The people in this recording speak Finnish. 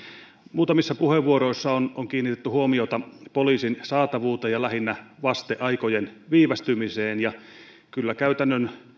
muutamissa puheenvuoroissa on on kiinnitetty huomiota poliisin saatavuuteen ja lähinnä vasteaikojen viivästymiseen kyllä käytännön